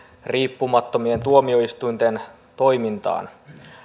riippumattomien tuomio istuinten toimintaan